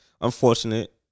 unfortunate